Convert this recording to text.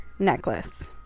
necklace